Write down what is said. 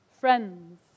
friends